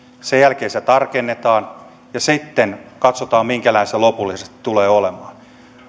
sen jälkeen se tarkennetaan ja sitten katsotaan minkälainen se lopullisesti tulee olemaan